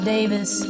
Davis